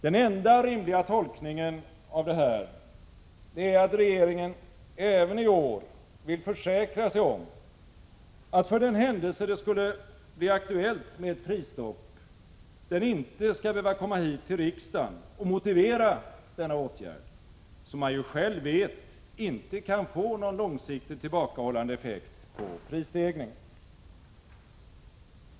Den enda rimliga tolkningen av detta är att regeringen även i år vill försäkra sig om att för den händelse det skulle bli aktuellt med ett prisstopp den inte skall behöva komma hit till riksdagen och motivera denna åtgärd, som man ju själv vet inte kan få någon långsiktigt tillbakahållande effekt på prisstegringen.